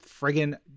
friggin